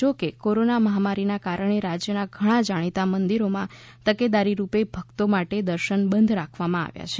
જો કે કોરોના મહામારીના કારણે રાજ્યના ઘણા જાણીતા મંદિરોમાં તકેદારીરૂપે ભક્તો માટે દર્શન બંધ રાખવામાં આવ્યા છે